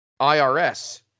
IRS